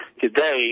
today